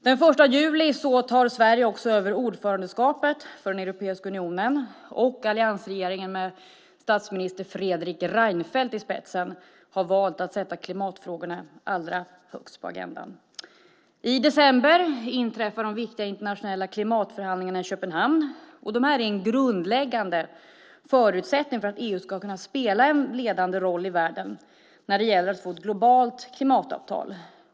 Den 1 juli tar Sverige också över ordförandeskapet för Europeiska unionen, och alliansregeringen med statsminister Fredrik Reinfeldt i spetsen har valt att sätta klimatfrågorna allra högst på agendan. I december inträffar de viktiga internationella klimatförhandlingarna i Köpenhamn. De är en grundläggande förutsättning för att EU ska kunna spela en ledande roll i världen när det gäller att få ett globalt klimatavtal.